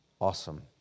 awesome